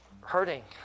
hurting